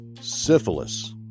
syphilis